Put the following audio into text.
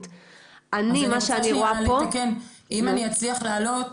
אז אני רוצה שנייה לתקן, אם אני אצליח להעלות,